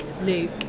Luke